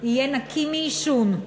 יהיה נקי מעישון.